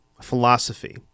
philosophy